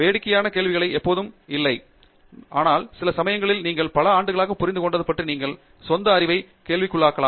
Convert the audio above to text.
வேடிக்கையான கேள்விகளைப் போல் எதுவும் இல்லை ஆனால் சில சமயங்களில் நீங்கள் பல ஆண்டுகளாக புரிந்து கொண்டது பற்றி உங்கள் சொந்த அறிவை கேள்விக்குள்ளாக்கலாம்